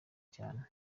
cyane